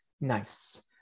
nice